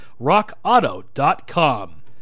Rockauto.com